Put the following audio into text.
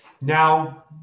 Now